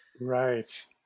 Right